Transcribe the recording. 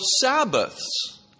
Sabbaths